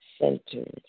centered